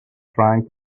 trying